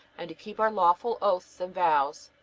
and to keep our lawful oaths and vows.